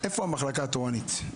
איפה המחלקה התורנית?